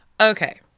Okay